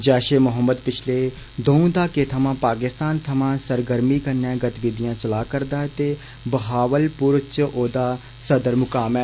जैषे मोहम्मद पिछले दौंऊ दहाकें थमां पाकिस्तान थमां सरगर्मी कन्नै गतिविधियां चला रऐ ते बहावलपुर च ओदा सदर मुकाम ऐ